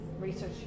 research